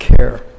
care